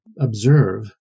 observe